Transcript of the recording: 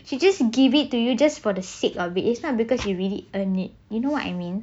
she just give it to you just for the sake of the it is not because you really earn it you know what I mean